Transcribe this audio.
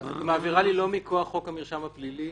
היא מעבירה לו לא מכוח חוק המרשם הפלילי,